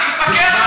תודה רבה.